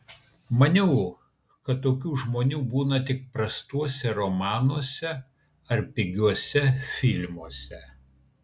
maniau kad tokių žmonių būna tik prastuose romanuose ar pigiuose filmuose